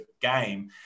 game